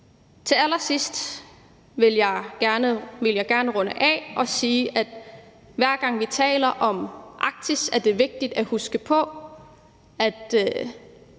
Til allersidst vil jeg gerne runde af og sige, at hver gang vi taler om Arktis, er det vigtigt at huske på, at